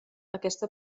aquesta